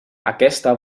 aquesta